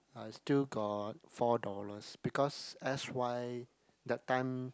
I still got four dollars because s_y that time